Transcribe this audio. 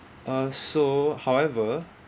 uh so however